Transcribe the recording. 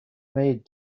mead